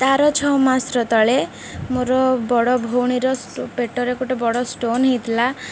ତା'ର ଛଅ ମାସର ତଳେ ମୋର ବଡ଼ ଭଉଣୀର ପେଟରେ ଗୋଟେ ବଡ଼ ଷ୍ଟୋନ୍ ହେଇଥିଲା